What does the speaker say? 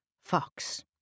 Fox